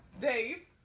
Dave